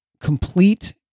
complete